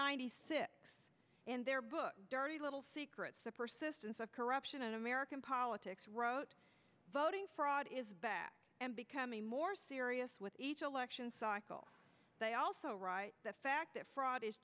ninety six in their book dirty little secrets the persistence of corruption in american politics wrote voting fraud is back and becoming more serious with each election cycle they also write the fact that fraud is